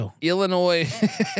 Illinois